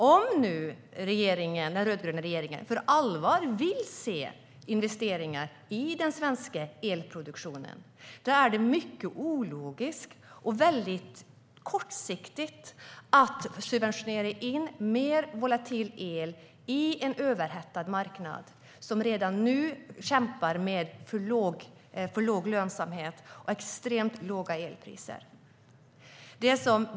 Om den rödgröna regeringen på allvar vill se investeringar i den svenska elproduktionen är det ologiskt och kortsiktigt att subventionera in mer volatil el på en överhettad marknad som redan kämpar med för låg lönsamhet och extremt låga elpriser.